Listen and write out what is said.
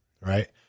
Right